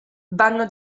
vanno